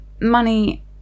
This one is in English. money